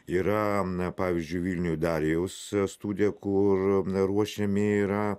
yra n pavyzdžiui vilniuj darijaus studija kur e ruošiami yra